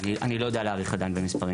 אני לא יודע להעריך עדיין במספרים.